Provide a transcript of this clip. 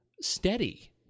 steady